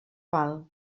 val